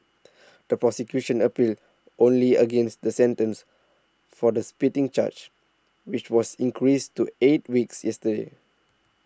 the prosecution appealed only against the sentence for the spitting charge which was increased to eight weeks yesterday